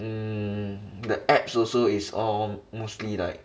um the apps also is all mostly like